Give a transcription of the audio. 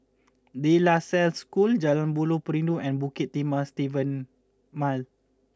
De La Salle School Jalan Buloh Perindu and Bukit Timah Steven Mile